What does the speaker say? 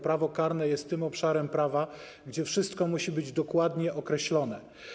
Prawo karne jest tym obszarem prawa, w którym wszystko musi być dokładnie określone.